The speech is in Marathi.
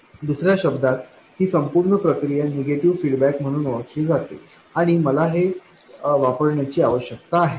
दुसर्या शब्दांत ही संपूर्ण प्रक्रिया निगेटिव्ह फीडबॅक म्हणून ओळखली जाते आणि मला हे वापरण्याची आवश्यकता आहे